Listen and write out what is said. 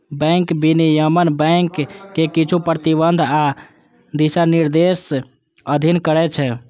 bank विनियमन bank कें किछु प्रतिबंध आ दिशानिर्देशक अधीन करै छै